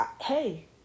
hey